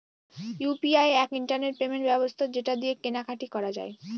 UPI এক internet payment ব্যবস্থা যেটা দিয়ে কেনা কাটি করা যায়